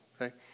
Okay